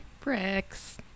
Bricks